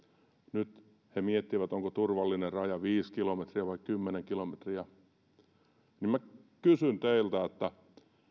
nyt he miettivät onko turvallinen raja viisi kilometriä vai kymmenen kilometriä minä kysyn teiltä